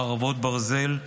חרבות ברזל),